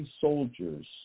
soldiers